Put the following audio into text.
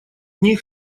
них